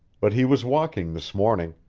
but he was walking this morning,